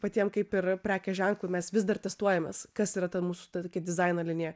patiem kaip ir prekės ženklui mes vis dar testuojamės kas yra ta mūsų kaip dizaino linija